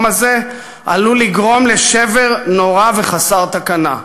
הזה עלול לגרום לשבר נורא וחסר תקנה.